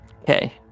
Okay